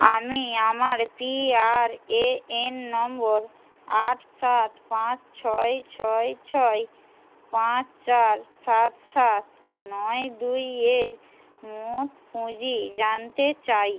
আমি আমার PRAN number আট সাত পাঁচ ছয় ছয় ছয় পাঁচ চার সাত সাত নয় দুইয়ের মোট পুঁজি জানতে চাই